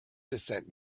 descent